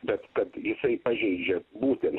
bet kad jisai pažeidžia būtent